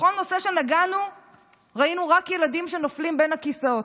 בכל נושא שנגענו בו ראינו רק ילדים שנופלים בין הכיסאות.